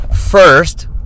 First